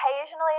occasionally